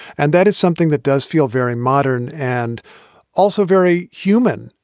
and that is something that does feel very modern and also very human.